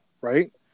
right